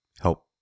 help